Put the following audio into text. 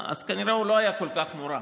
כנראה הוא לא היה כל כך נורא.